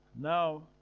Now